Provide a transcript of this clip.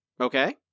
Okay